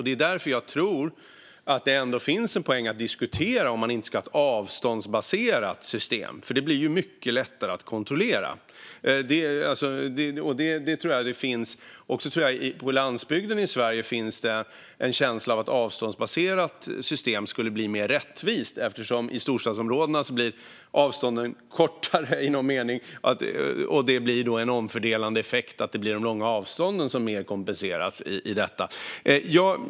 Det är därför jag tror att det ändå finns en poäng i att diskutera om man inte ska ha ett avståndsbaserat system. Det blir mycket lättare att kontrollera. Jag tror att det också på landsbygden i Sverige finns en känsla av att ett avståndsbaserat system skulle bli mer rättvist. I storstadsområdena blir avstånden kortare i någon mening. Det blir då en omfördelande effekt att det mer blir de långa avstånden som mer kompenseras.